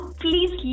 please